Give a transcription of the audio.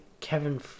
Kevin